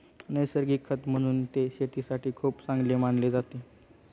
नैसर्गिक खत म्हणून ते शेतीसाठी खूप चांगले मानले जाते